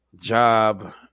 job